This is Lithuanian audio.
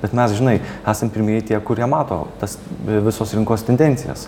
bet mes žinai esam pirmieji tie kurie mato tas vi visos rinkos tendencijas